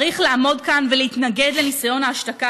צריך לעמוד כאן ולהתנגד לניסיון ההשתקה